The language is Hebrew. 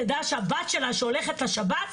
תדע שהבת שלה שהולכת לשב”ס,